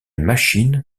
machine